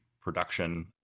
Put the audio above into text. production